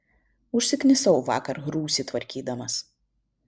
užsiknisau vakar rūsį tvarkydamas